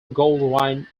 goldwyn